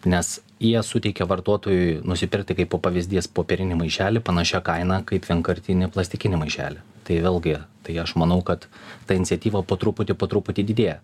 nes jie suteikia vartotojui nusipirkti kaipo pavyzdys popierinį maišelį panašia kaina kaip vienkartinį plastikinį maišelį tai vėlgi tai aš manau kad ta iniciatyva po truputį po truputį didėja